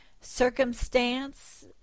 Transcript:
circumstance